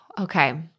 okay